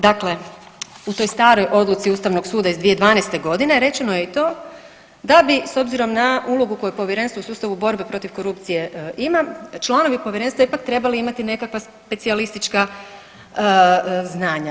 Dakle, u toj staroj odluci Ustavnog suda iz 2012. godine rečeno je i to da bi s obzirom na ulogu koju povjerenstvo u sustavu borbe protiv korupcije ima članovi povjerenstva ipak trebali imati nekakva specijalistička znanja.